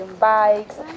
bikes